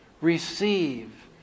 receive